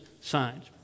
signs